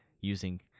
using